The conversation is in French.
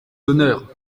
d’honneur